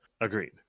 Agreed